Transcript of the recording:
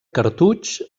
cartutx